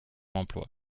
l’emploi